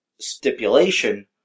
stipulation